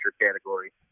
category